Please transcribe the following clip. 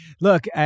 Look